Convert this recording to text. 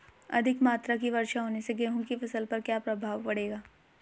अधिक मात्रा की वर्षा होने से गेहूँ की फसल पर क्या प्रभाव पड़ेगा?